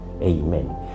Amen